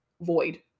void